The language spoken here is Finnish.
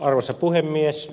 arvoisa puhemies